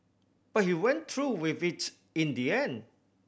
but he went through with it in the end